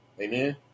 amen